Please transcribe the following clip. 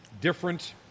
different